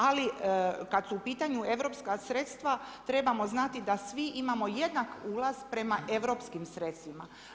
Ali kad su u pitanju europska sredstva trebamo znati da svi imamo jednak ulaz prema europskim sredstvima.